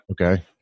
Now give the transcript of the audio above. Okay